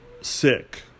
sick